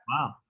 Wow